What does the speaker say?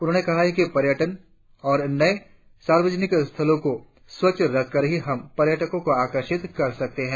उन्होंने कहा कि पर्यटन और नय सार्वजनिक स्थलों को स्वच्छ रखकर ही हम पर्यटकों को आकर्षित कर सकते है